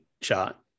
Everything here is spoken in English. shot